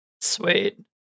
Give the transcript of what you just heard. sweet